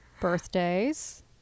Birthdays